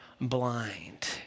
blind